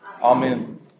Amen